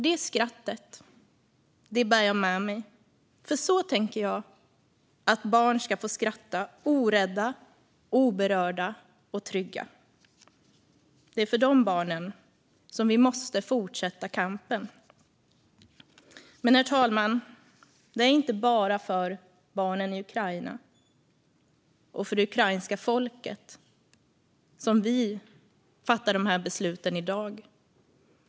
Det skrattet bär jag med mig. Så tänker jag att barn ska få skratta, orädda, oberörda och trygga. Det är för de barnen som vi måste fortsätta kampen. Herr talman! Det är inte bara för barnen i Ukraina och det ukrainska folket som vi fattar besluten i dag.